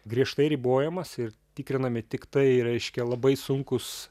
griežtai ribojamas ir tikrinami tiktai reiškia labai sunkūs